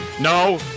No